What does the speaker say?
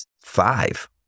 five